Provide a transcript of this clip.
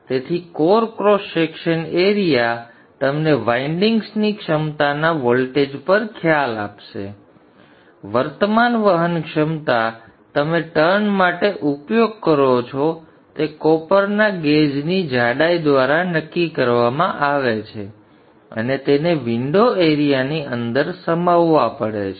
તેથી core cross section area તમને વાઇન્ડિંગ્સની ક્ષમતાના વોલ્ટેજ પર ખ્યાલ આપશે અને વર્તમાન વહન ક્ષમતા તમે ટર્ન માટે ઉપયોગ કરો છો તે કોપરના ગેજ ની જાડાઈ દ્વારા નક્કી કરવામાં આવે છે અને તેને વિન્ડો એરિયાની અંદર સમાવવા પડે છે